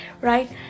right